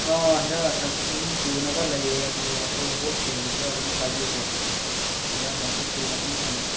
ꯑꯥ ꯍꯤꯗꯥꯛ ꯂꯥꯡꯊꯛ ꯑꯗꯨꯝ ꯁꯨꯅꯕ ꯂꯩꯌꯦ ꯑꯗꯣ ꯑꯩꯈꯣꯏ ꯍꯣꯜꯁꯦꯜꯁꯨ ꯈꯔ ꯑꯗꯨꯝ ꯊꯥꯖꯩꯀꯣ ꯍꯤꯗꯥꯛ ꯂꯥꯡꯊꯛ ꯁꯨꯅ ꯑꯗꯨꯝ ꯊꯝꯃꯦ